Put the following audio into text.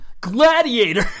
Gladiator